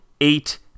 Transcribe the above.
eight